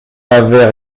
avait